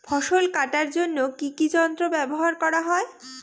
ফসল কাটার জন্য কি কি যন্ত্র ব্যাবহার করা হয়?